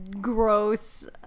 gross